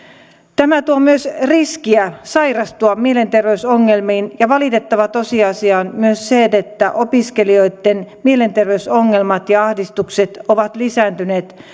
tämä tuo myös riskiä sairastua mielenterveysongelmiin ja valitettava tosiasia on myös se että opiskelijoitten mielenterveysongelmat ja ahdistukset ovat lisääntyneet